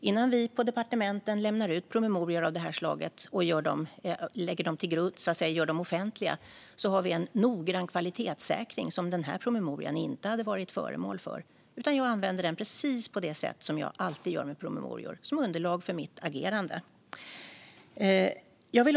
Innan vi på departementen lämnar ut promemorior av det här slaget och gör dem offentliga gör vi en noggrann kvalitetssäkring, som den här promemorian inte hade varit föremål för. Jag använde den, precis på det sätt som jag alltid gör med promemorior, som underlag för mitt agerande.